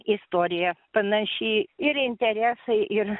istorija panaši ir interesai ir